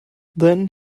then